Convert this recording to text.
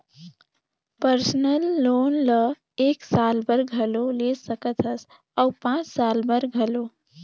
personal loan ल एक साल बर घलो ले सकत हस अउ पाँच साल बर घलो